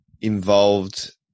involved